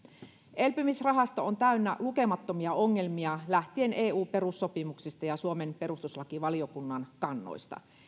elpymisrahasto on täynnä lukemattomia ongelmia lähtien eun perussopimuksista ja suomen perustuslakivaliokunnan kannoista